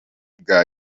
bwa